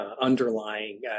underlying